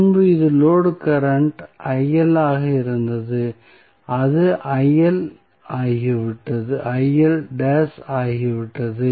முன்பு இது load current ஆக இருந்தது அது ஆகிவிட்டது